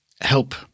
help